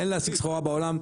אין להשיג סחורה בעולם,